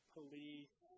police